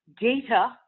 data